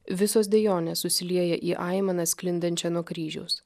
visos dejonės susiliejo į aimaną sklindančią nuo kryžiaus